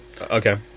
Okay